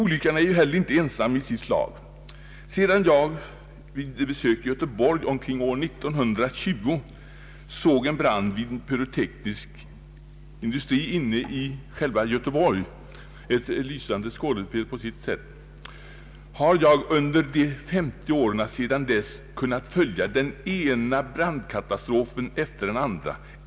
Olyckan är heller inte ensam i sitt slag. Sedan jag vid besök i Göteborg omkring år 1920 såg en brand vid en pyroteknisk fabrik inne i själva Göteborg — ett lysande skådespel på sitt sätt — har jag under 50 år kunnat följa den ena brandkatastrofen efter den andra.